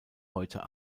heute